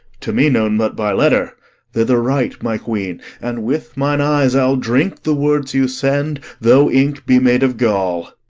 to me known but by letter thither write, my queen, and with mine eyes i'll drink the words you send, though ink be made of gall.